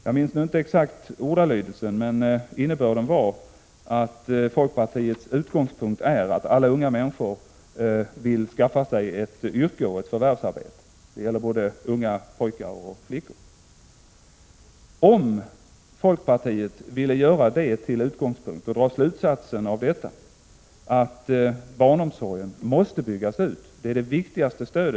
Jag minns nu inte exakt ordalydelsen, men innebörden var att folkpartiets utgångspunkt är att alla unga människor vill skaffa sig ett yrke och ett förvärvsarbete. Det gäller både unga pojkar och flickor. Om folkpartiet ville göra det till utgångspunkt och dra slutsatsen av detta, nämligen att barnomsorgen måste byggas ut — det är det viktigaste stödet för — Prot.